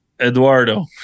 eduardo